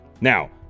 Now